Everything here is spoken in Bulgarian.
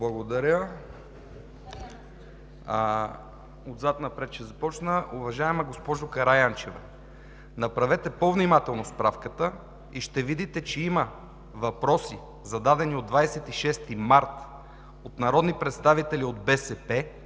Благодаря. Ще започна отзад напред. Уважаема госпожо Караянчева, направете по-внимателно справката и ще видите, че има въпроси, зададени от 26 март, от народни представители от БСП,